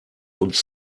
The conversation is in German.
uns